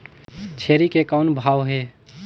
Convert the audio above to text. छेरी के कौन भाव हे?